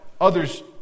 others